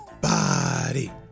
Body